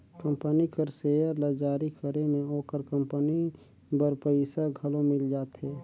company कर share ल जारी करे में ओकर कंपनी बर पइसा घलो मिल जाथे